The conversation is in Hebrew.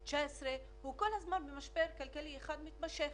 2019, הוא כל הזמן במשבר כלכלי אחד מתמשך.